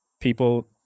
People